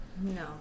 No